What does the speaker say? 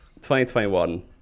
2021